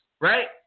right